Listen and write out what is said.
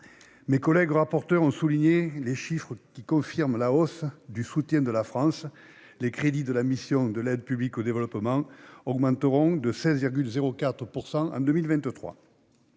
rapporteurs spéciaux ont exposé les chiffres qui confirment la hausse du soutien de la France : les crédits de la mission « Aide publique au développement » augmenteront de 16,04 % en 2023.